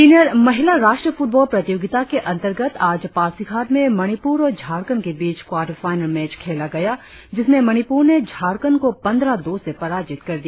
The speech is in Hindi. सीनियर महिला राष्ट्रीय फुटबॉल प्रतियोगिता के अंतर्गत आज पासीघाट में मणिपुर और झारखंड के बीच क्वार्टर फाईनल मैच खेला गया जिसमें मणिपुर ने झारखंड को पंद्रह दो से पराजित कर दिया